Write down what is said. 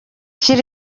shyira